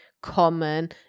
common